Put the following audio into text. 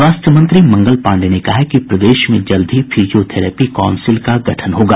स्वास्थ्य मंत्री मंगल पांडेय ने कहा है कि प्रदेश में जल्द ही फिजियोथेरेपी काउंसिल का गठन होगा